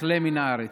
תכלה מן הארץ.